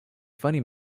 funny